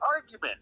argument